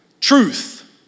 Truth